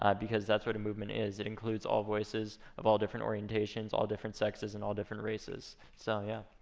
um because that's what a movement is. it includes all voices of all different orientations, all different sexes, and all different races. so yeah.